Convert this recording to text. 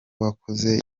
wakoze